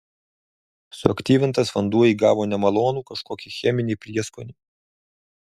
suaktyvintas vanduo įgavo nemalonų kažkokį cheminį prieskonį